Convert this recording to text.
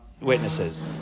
witnesses